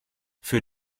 für